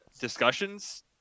discussions